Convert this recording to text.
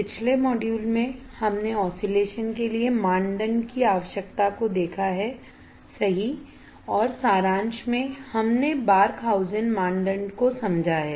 पिछले मॉड्यूल में हमने ऑसीलेशन के लिए मानदंड की आवश्यकता को देखा है सही और सारांश में हमने बार्कहाउज़ेन मानदंड को सही समझा है